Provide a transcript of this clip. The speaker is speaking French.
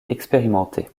expérimentés